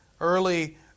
early